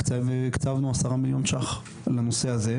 הקצבנו עשרה מיליון ₪ לנושא הזה,